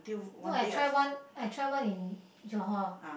no I tried one I tried one in Johor